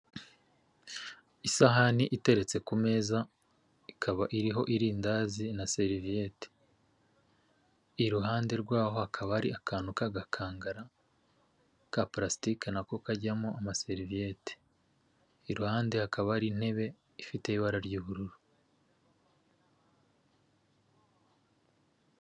Isahani iteretse ku meza ikaba iriho irindazi na seriviyete, iruhande rwaho hakaba hari akantu k'agakangara ka purasitike nako kajyamo amaseriviyete, iruhande hakaba hari intebe ifite ibara ry'ubururu.